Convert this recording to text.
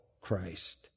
Christ